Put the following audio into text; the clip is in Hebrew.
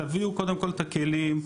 תביאו קודם כל את הכלים,